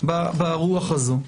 ברוח הזו.